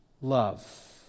love